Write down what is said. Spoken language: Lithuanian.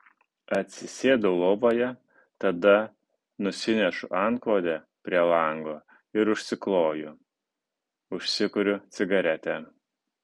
atsisėdu lovoje tada nusinešu antklodę prie lango ir užsikloju užsikuriu cigaretę